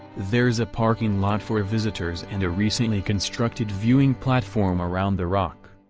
there's a parking lot for visitors and a recently constructed viewing platform around the rock.